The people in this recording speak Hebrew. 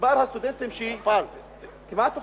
מספר הסטודנטים כמעט הוכפל.